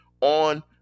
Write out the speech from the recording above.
on